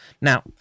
Now